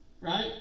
right